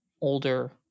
older